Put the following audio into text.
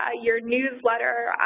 ah your newsletter,